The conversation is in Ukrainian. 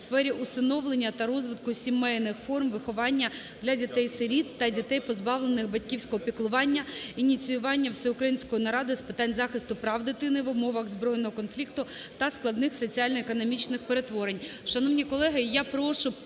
в сфері усиновлення та розвитку сімейних форм виховання для дітей-сиріт та дітей, позбавлених батьківського піклування, ініціювання Всеукраїнської наради з питань захисту прав дитини в умовах збройного конфлікту та складних соціально-економічних перетворень.